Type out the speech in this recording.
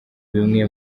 byibwe